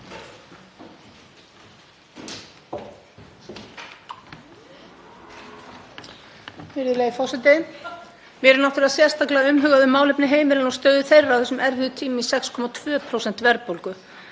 Virðulegi forseti. Mér er náttúrlega sérstaklega umhugað um málefni heimilanna og stöðu þeirra á þessum erfiðu tímum í 6,2% verðbólgu.